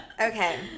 Okay